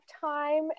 time